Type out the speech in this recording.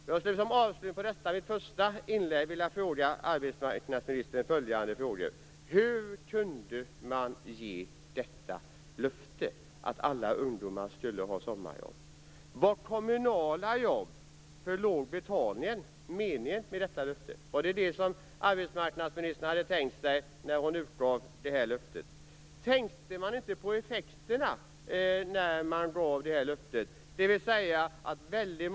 Jag skulle som avslutning på detta mitt första inlägg vilja fråga arbetsmarknadsministern: Hur kunde man ge detta löfte, att alla ungdomar skulle ha sommarjobb? Var kommunala jobb med låg betalning meningen med detta löfte? Var det detta arbetsmarknadsministern hade tänkt sig när hon gav det här löftet? Tänkte man inte på effekterna när man gav det här löftet?